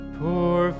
poor